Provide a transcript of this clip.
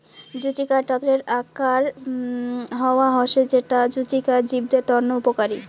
জুচিকার তটের আরাক হাওয়া হসে যেটা জুচিকার জীবদের তন্ন উপকারী